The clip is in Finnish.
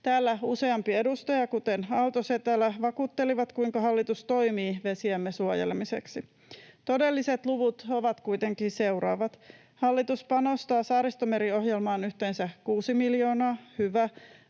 Täällä useampi edustaja, kuten Aalto-Setälä, vakuutteli, kuinka hallitus toimii vesiemme suojelemiseksi. Todelliset luvut ovat kuitenkin seuraavat: hallitus panostaa Saaristomeri-ohjelmaan yhteensä 6 miljoonaa — hyvä,